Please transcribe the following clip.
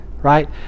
right